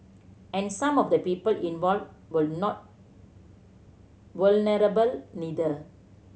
and some of the people involved would not vulnerable either